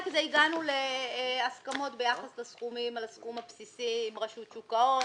הגענו להסכמות ביחס לסכומים על הסכום הבסיסי עם רשות שוק ההון.